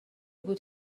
بود